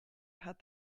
had